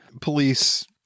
police